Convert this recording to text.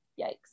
yikes